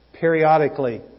periodically